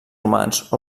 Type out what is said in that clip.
romans